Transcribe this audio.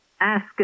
ask